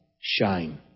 shine